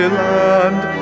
land